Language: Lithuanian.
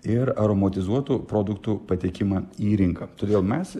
ir aromatizuotų produktų patekimą į rinką todėl mes